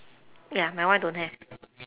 ya my one don't have